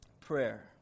prayer